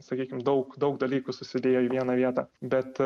sakykim daug daug dalykų susiliejo į vieną vietą bet